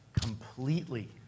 completely